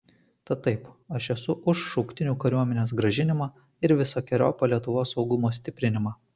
tad taip aš esu už šauktinių kariuomenės grąžinimą ir visokeriopą lietuvos saugumo stiprinimą